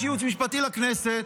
יש ייעוץ משפטי לכנסת,